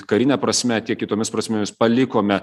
karine prasme tiek kitomis prasmėmis palikome